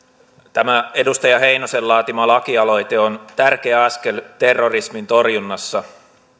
tämä edustaja heinosen laatima lakialoite on tärkeä askel terrorismin torjunnassa